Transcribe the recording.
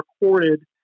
recorded